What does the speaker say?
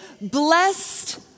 blessed